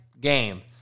game